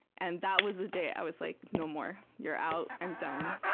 and that was the day i was like, no more, you're out, i'm done.